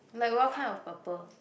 like what kind of purple